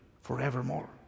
forevermore